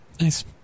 nice